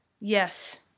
Yes